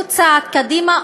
הוא צעד קדימה.